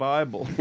Bible